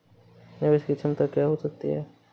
निवेश की क्षमता क्या हो सकती है?